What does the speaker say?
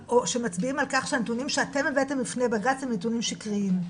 שמצביעים על כך שהנתונים שאתם הבאתם בפני בג"ץ הם נתונים שקריים.